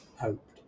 hoped